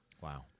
Wow